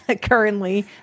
currently